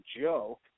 joke